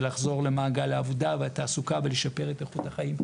לחזור למעגל העבודה והתעסוקה ולשפר את איכות החיים.